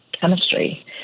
chemistry